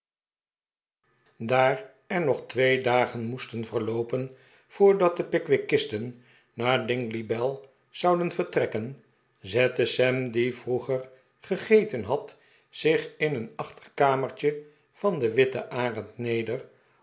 daar er nog twee dagen moesten verloopen voordat de pickwickisten naar dingley dell zouden vertrekken zette sam die vroeg gegeten had zich in een achterkamertje van de witte arend neder